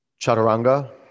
Chaturanga